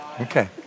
okay